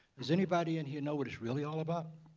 does anybody in here know what it's really all about?